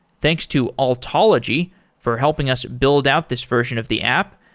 thanks to altology for helping us build out this version of the app,